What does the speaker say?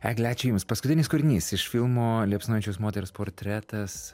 egle ačiū jums paskutinis kūrinys iš filmo liepsnojančios moters portretas